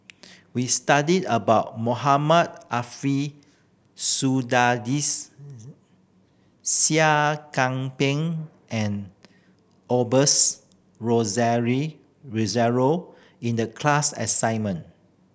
we studied about Mohamed Seah Kian Peng and Rozario in the class assignment